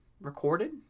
recorded